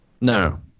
no